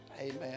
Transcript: Amen